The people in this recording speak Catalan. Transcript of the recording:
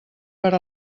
per